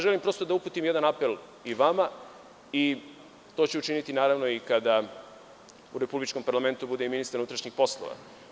Želim prosto da uputim jedan apel i vama i, to ću učiniti naravno i kada u republičkom parlamentu bude i ministar MUP.